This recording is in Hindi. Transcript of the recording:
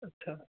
अच्छा